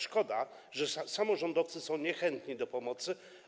Szkoda, że samorządowcy są niechętni do pomocy.